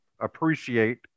appreciate